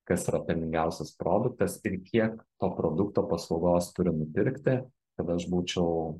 kas yra pelningiausias produktas ir kiek to produkto paslaugos turi nupirkti kad aš būčiau